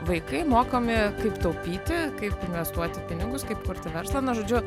vaikai mokomi kaip taupyti kaip investuoti pinigus kaip kurti verslą na žodžiu